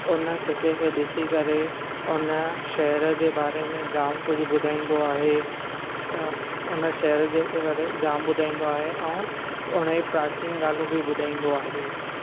हुन सिक्के खे ॾिसी करे हुन शहरु जे बारे में जाम कुझु ॿुधाइंदो आहे उन शहरु जे जाम ॿुधाइंदो आहे ऐं हुन जी प्राचीन ॻाल्हियूं बि ॿुधाइंदो आहे